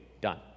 done